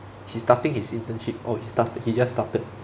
he starting his internship oh he started he just started